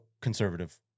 conservative